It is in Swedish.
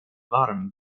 varm